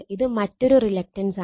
ഇത് മറ്റൊരു റിലക്റ്റൻസാണ്